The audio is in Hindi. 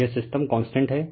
तो यह सिस्टम कांस्टेंट है